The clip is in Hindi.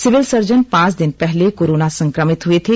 सिविल सर्जन पांच दिन पहले कोरोना संक्रमित हुए थे